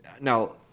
Now